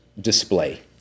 display